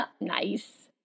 Nice